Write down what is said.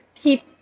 keep